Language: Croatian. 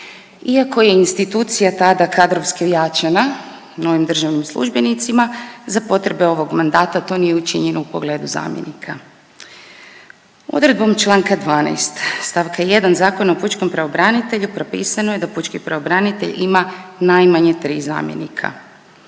Iako je institucija tada kadrovski ojačana novim državnim službenicima za potrebe ovog mandata to nije učinjeno u pogledu zamjenika. Odredbom članka 12. stavka 1. Zakona o pučkom pravobranitelju propisano je da pučki pravobranitelj ima najmanje tri zamjenika.